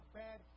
bad